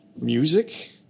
music